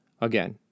Again